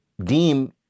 Deem